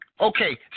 Okay